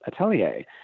atelier